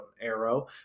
arrow